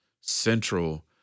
central